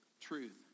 truth